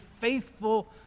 faithful